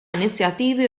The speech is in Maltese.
inizjattivi